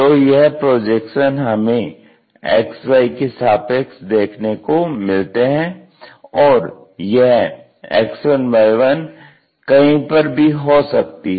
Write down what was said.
तो यह प्रोजेक्शन हमें XY के सापेक्ष देखने को मिलते है और यह X1 Y1 कहीं पर भी हो सकती है